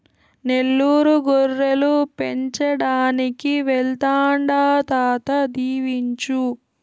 నెల్లూరు గొర్రెలు పెంచడానికి వెళ్తాండా తాత దీవించు